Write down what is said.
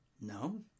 No